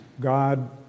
God